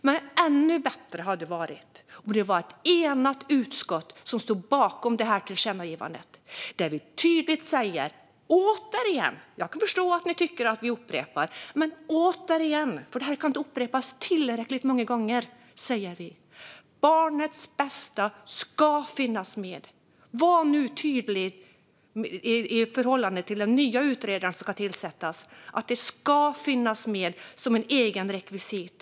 Men ännu bättre hade det varit om det hade varit ett enat utskott som stod bakom detta tillkännagivande, där vi tydligt säger det återigen - det kan inte upprepas tillräckligt ofta - att barnets bästa ska finnas med. När en ny utredare ska tillsättas ska man vara tydlig med att det ska finnas med som eget rekvisit.